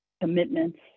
commitments